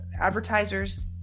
advertisers